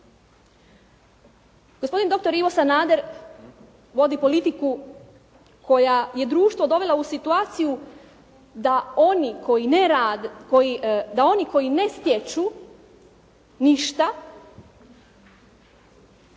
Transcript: Gospodin doktor Ivo Sanader vodi politiku koja je društvo dovela u situaciju da oni koji ne, koji,